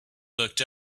looked